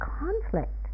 conflict